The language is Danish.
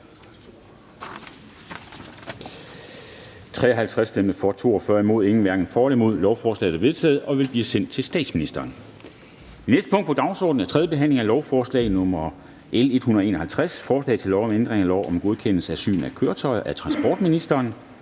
42 (V, DF, KF, NB og LA), hverken for eller imod stemte 0. Lovforslaget er vedtaget og vil nu blive sendt til statsministeren. --- Det næste punkt på dagsordenen er: 16) 3. behandling af lovforslag nr. L 151: Forslag til lov om ændring af lov om godkendelse og syn af køretøjer. (Godkendelse